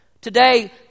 Today